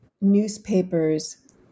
newspapers